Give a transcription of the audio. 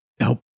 help